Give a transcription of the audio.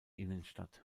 innenstadt